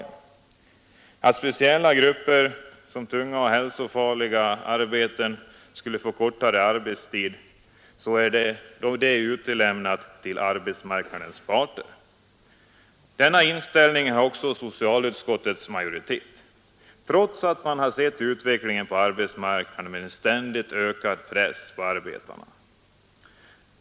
Kortare arbetstid för grupper med tunga och hälsofarliga arbeten är något som lämnats till arbetsmarknadens parter. Denna inställning har också socialutskottets majoritet, trots att man har sett utvecklingen på arbetsmarknaden med en ständigt ökad press på arbetarna.